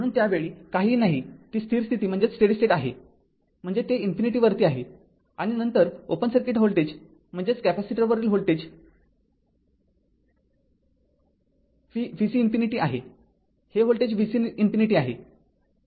म्हणून त्या वेळी काहीही नाही ती स्थिर स्थिती आहे म्हणजे ते ∞वरती आहे आणि नंतर ओपन सर्किट व्होल्टेज म्हणजे कॅपेसिटरवरील व्होल्टेज vc ∞आहे हे व्होल्टेज vc ∞आहे